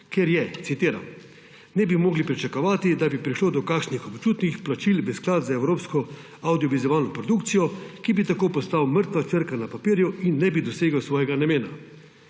ker je, citiram: »… ne bi mogli pričakovati, da bi prišlo do kakšnih občutnih plačil v sklad za evropsko avdiovizualno produkcijo, ki bi tako postal mrtva črka na papirju in ne bi dosegel svojega namena.«